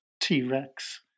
T-Rex